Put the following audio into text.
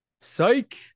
psych